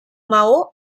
maó